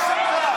חברי הכנסת.